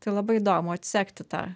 tai labai įdomu atsekti tą